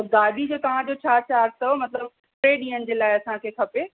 गाॾी जो तव्हांजो छा चार्ज अथव मतलबु टे ॾींहंनि जे लाइ असांखे खपे